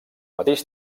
mateix